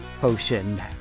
potion